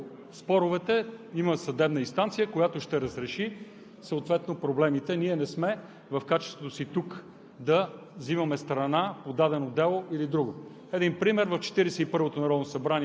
да разглеждаме неща, които са от значение за българския народ. А що се отнася до споровете – има съдебна инстанция, която ще разреши съответно проблемите. Ние тук не сме в качеството си да